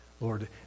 Lord